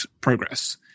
progress